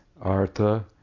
Artha